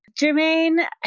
Jermaine